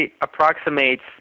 approximates